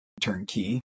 turnkey